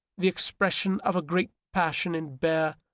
the expression of a great passion in bare,